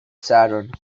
sadwrn